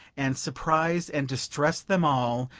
and surprise and distress them all,